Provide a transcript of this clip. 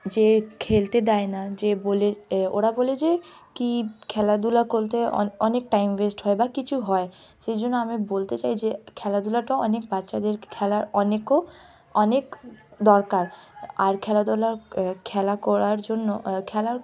যে খেলতে দেয় না যে বলে ওরা বলে যে কি খেলাধুলা করতে অনে অনেক টাইম ওয়েস্ট হয় বা কিছু হয় সেই জন্য আমি বলতে চাই যে খেলাধুলাটাও অনেক বাচ্চাদের খেলার অনেকও অনেক দরকার আর খেলাধুলার খেলা করার জন্য খেলার